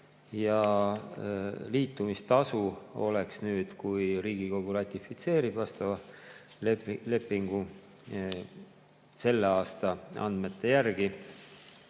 Liitumistasu oleks, kui Riigikogu ratifitseerib vastava lepingu, selle aasta andmete järgi